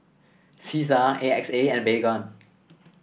Cesar A X A and Baygon